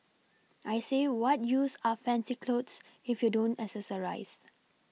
I say what use are fancy clothes if you don't accessorise